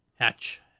Hatch